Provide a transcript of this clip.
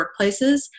workplaces